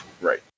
Right